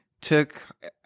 took